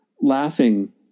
laughing